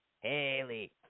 Haley